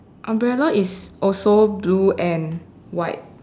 umbrella is also blue and white